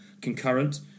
concurrent